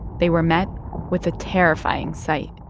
they were met with a terrifying sight